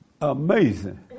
Amazing